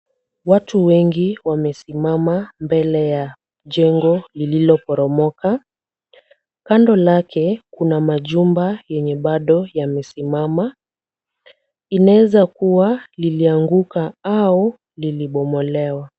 Watu wengi wamesimama mbele ya jengo lililoporomoka kando lake kuna majumba yenye bado yamesimama. Inaweza kuwa lilianguka au lilibomolewa.